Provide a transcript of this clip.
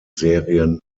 serien